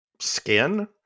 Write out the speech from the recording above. skin